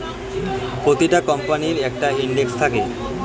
প্রতিটা কোম্পানির একটা ইন্ডেক্স থাকে